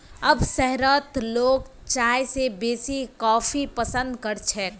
अब शहरत लोग चाय स बेसी कॉफी पसंद कर छेक